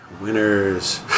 Winners